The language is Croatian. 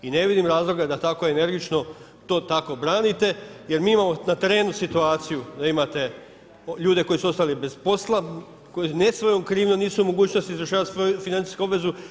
I ne vidim razloga da tako energično to tako branite, jer mi imamo na terenu situaciju da imate ljude koji su ostali bez posla, koji ne svojom krivnjom nisu u mogućnosti izvršavati svoju financijsku obvezu.